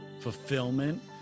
fulfillment